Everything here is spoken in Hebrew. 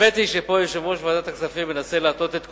האמת היא שפה יושב-ראש ועדת הכספים מנסה להטעות את כולם,